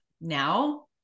now